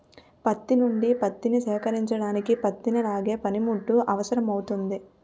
పత్తి పంట నుండి పత్తిని సేకరించడానికి పత్తిని లాగే పనిముట్టు అవసరమౌతుంది